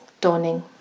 Dawning